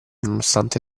nonostante